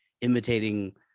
imitating